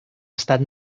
estat